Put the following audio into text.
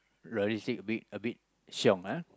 logistic a bit a bit shiong ah